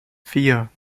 vier